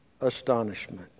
astonishment